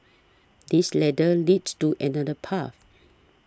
this ladder leads to another path